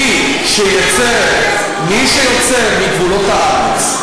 מי שיוצא מגבולות הארץ,